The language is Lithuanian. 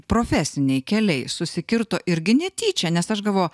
profesiniai keliai susikirto irgi netyčia nes aš galvoju